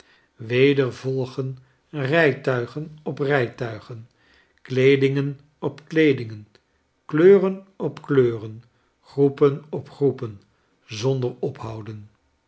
weder vol gen rijtuigen op rijtuigen kleedingen op kleedingen kleuren op kleuren groepen op groepen zonder ophouden